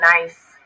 nice